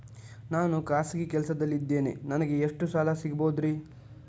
ನಾನು ಖಾಸಗಿ ಕೆಲಸದಲ್ಲಿದ್ದೇನೆ ನನಗೆ ಎಷ್ಟು ಸಾಲ ಸಿಗಬಹುದ್ರಿ?